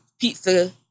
pizza